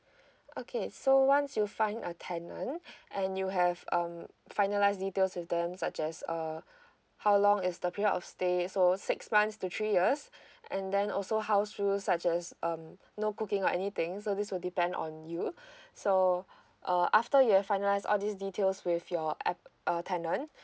okay so once you find a tenant and you have um finalise details with them such as uh how long is the period of stay so six months to three years and then also house rules such as um no cooking or anything so this will depend on you so uh after you have finalise all these details with your ap~ uh tenant